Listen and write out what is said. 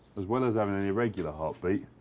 as well as having an irregular heartbeat,